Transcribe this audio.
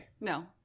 No